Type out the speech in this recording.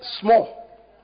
small